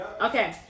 Okay